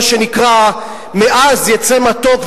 מה שנקרא "מעז יצא מתוק",